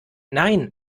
nein